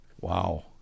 Wow